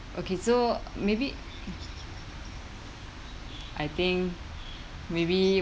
okay so maybe I think maybe